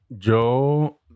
Yo